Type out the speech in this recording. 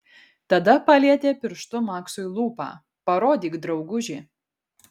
tada palietė pirštu maksui lūpą parodyk drauguži